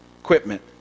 equipment